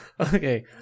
Okay